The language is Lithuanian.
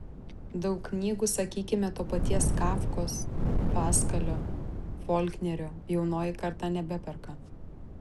daug knygų sakykime to paties kafkos paskalio folknerio jaunoji karta nebeperka